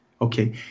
Okay